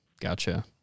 Gotcha